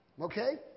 Okay